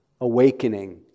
awakening